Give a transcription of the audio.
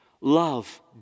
Love